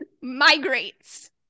migrates